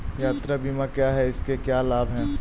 यात्रा बीमा क्या है इसके क्या लाभ हैं?